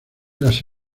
las